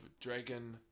dragon